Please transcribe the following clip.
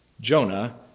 Jonah